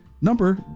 number